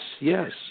yes